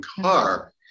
car